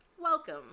Welcome